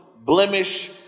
blemish